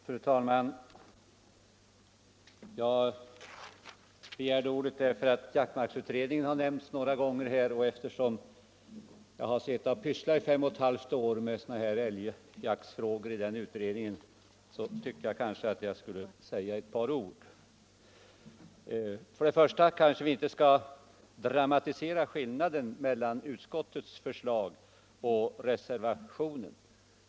Fru talman! Jag begärde ordet därför att jaktmarksutredningen har nämnts några gånger här. Eftersom jag har pysslat i fem och ett halvt år med älgjaktsfrågor i den utredningen tyckte jag att jag borde säga ett par ord. Först och främst kanske vi inte skall dramatisera skillnaden mellan utskottets förslag och reservationen.